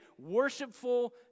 worshipful